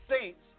saints